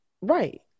right